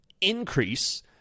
increase